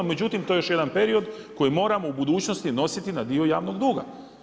Međutim, to je još jedan period koji moramo u budućnosti nositi na dio javnoga duga.